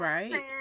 Right